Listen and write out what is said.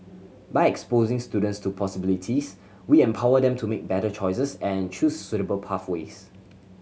by exposing students to possibilities we empower them to make better choices and choose suitable pathways